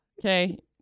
Okay